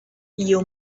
you